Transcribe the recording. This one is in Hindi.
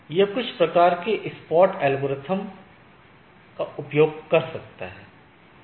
यह कुछ प्रकार के स्पॉट एल्गोरिथ्म का उपयोग कर सकता है